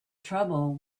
trouble